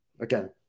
again